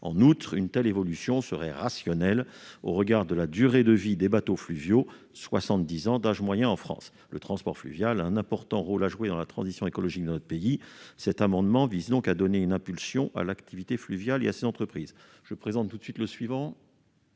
En outre, une telle évolution serait rationnelle au regard de la durée de vie des bateaux fluviaux, soit 70 ans d'âge moyen en France. Le transport fluvial a un important rôle à jouer dans la transition écologique de notre pays. Cet amendement vise donc à donner une impulsion à l'activité fluviale et à ses entreprises. Si vous en êtes